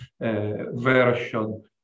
version